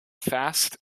fast